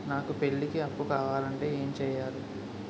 నాకు పెళ్లికి అప్పు కావాలంటే ఏం చేయాలి?